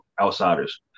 outsiders